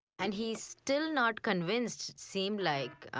and he's still not convinced, seemed like,